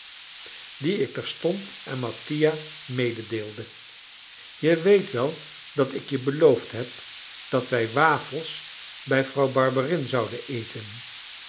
die ik terstond aan mattia mededeelde je weet wel dat ik je beloofd heb dat wij wafels bij vrouw barberin zouden eten